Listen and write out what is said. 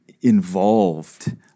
involved